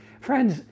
Friends